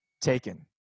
taken